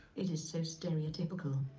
it is so stereotypical.